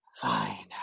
Fine